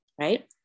right